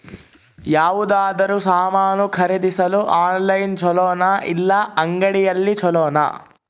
ಯಾವುದಾದರೂ ಸಾಮಾನು ಖರೇದಿಸಲು ಆನ್ಲೈನ್ ಛೊಲೊನಾ ಇಲ್ಲ ಅಂಗಡಿಯಲ್ಲಿ ಛೊಲೊನಾ?